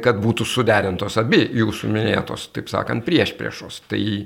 kad būtų suderintos abi jūsų minėtos taip sakant priešpriešos tai